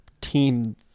team